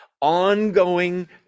ongoing